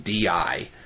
DI